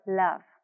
love